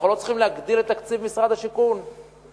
אנחנו לא צריכים להגדיל את תקציב משרד השיכון ואנחנו